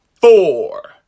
four